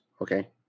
okay